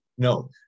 No